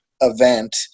event